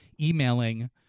emailing